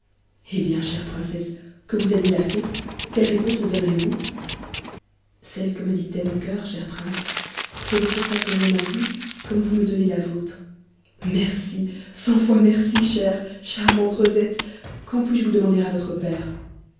eh bien chère princesse que vous a dit la fée quelle réponse me donnerez-vous celle que me dictait mon coeur cher prince je vous consacrerai ma vie comme vous me donnez la vôtre merci cent fois merci chère charmante rosette quand puis-je vous demander à votre père